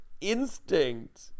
instinct